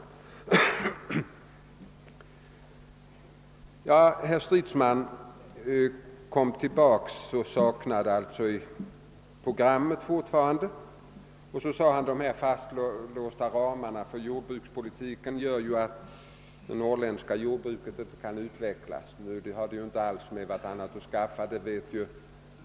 ett anförande och sade att han alltjämt saknar ett program, och han tillade att de fastlagda ramarna för jordbrukspolitiken gör att det norrländska jordbruket inte kan utvecklas. Men de båda sakerna har ju ingenting med varandra att göra.